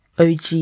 OG